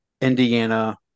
Indiana